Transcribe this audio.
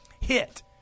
hit